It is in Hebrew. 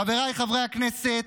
חבריי חברי הכנסת,